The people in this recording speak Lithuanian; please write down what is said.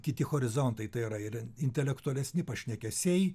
kiti horizontai tai yra ir intelektualesni pašnekesiai